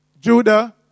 Judah